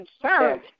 concerned